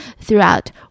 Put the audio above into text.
throughout